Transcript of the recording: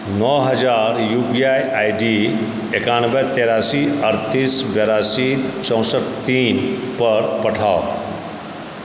नओ हजार U P I I D एकानबे तेरासी अठतीस बेरासी चौंसठि तीन पर पठाउ